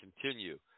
continue